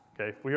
okay